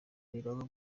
birangwa